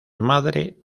madre